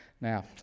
Now